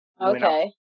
Okay